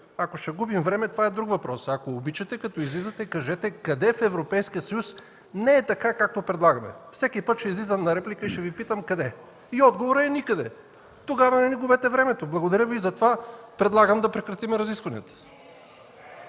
Ако ще губим време, това е друг въпрос. Ако обичате, като излизате, кажете къде в Европейския съюз не е така, както предлагаме? Всеки път ще излизам на реплика и ще Ви питам – къде? Отговорът е – никъде! Тогава не ни губете времето. Затова предлагам да прекратим разискванията.